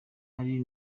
ari